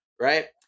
right